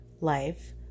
life